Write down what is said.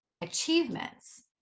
achievements